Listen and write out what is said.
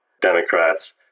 Democrats